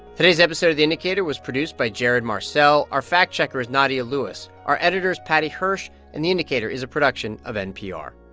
today's episode of the indicator was produced by jared marcelle. our fact-checker is nadia lewis. our editor is paddy hirsch. and the indicator is a production of npr